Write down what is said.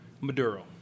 Maduro